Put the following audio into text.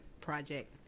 Project